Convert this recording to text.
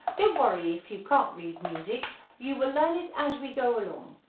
don't worry if you can't read music you will learn it as we go along.